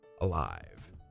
alive